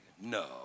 No